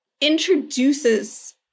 introduces